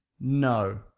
No